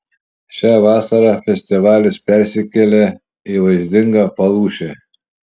šią vasarą festivalis persikėlė į vaizdingą palūšę